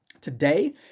today